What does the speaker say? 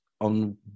on